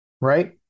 Right